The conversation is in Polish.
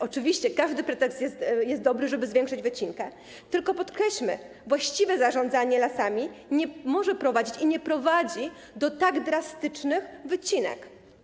Oczywiście każdy pretekst jest dobry, żeby zwiększyć wycinkę, tylko podkreślmy: właściwe zarządzanie lasami nie może prowadzić i nie prowadzi do tak drastycznych wycinek.